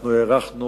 אנחנו הארכנו